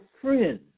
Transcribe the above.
friend